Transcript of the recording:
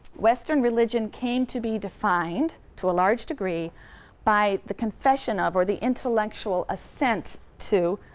western religion came to be defined to a large degree by the confession of, or the intellectual assent to,